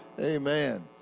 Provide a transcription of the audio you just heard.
Amen